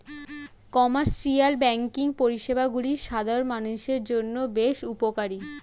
commercial banking পরিষেবাগুলি সাধারণ মানুষের জন্য বেশ উপকারী